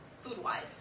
food-wise